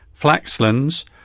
Flaxlands